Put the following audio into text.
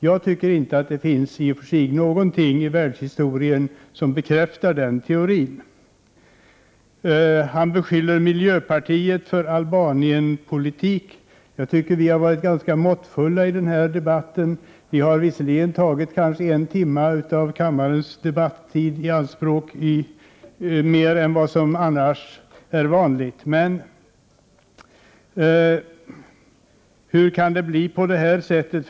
Enligt min mening finns det inte något i världshistorien som bekräftar den teorin. Nic Grönvall beskyller oss i miljöpartiet för att vilja föra en s.k. Albanienpolitik. Jag tycker dock att vi har varit ganska måttfulla i denna debatt, även om vi har tagit ungefär en timme av kammarens debatt i anspråk utöver vad som är vanligt. Hur kan det bli på det här sättet?